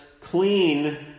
clean